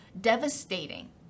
devastating